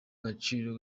gaciro